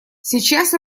сейчас